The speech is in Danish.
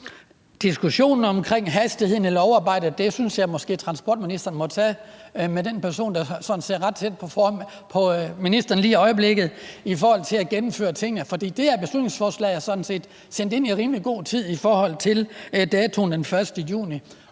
Diskussionen om hastigheden i lovarbejdet synes jeg måske transportministeren må tage med den person, der sådan sidder ret tæt på ministeren lige i øjeblikket, i forhold til at gennemføre tingene, for det her beslutningsforslag er sådan set sendt ind i rimelig god tid i forhold til datoen den 1. juni.